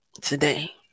today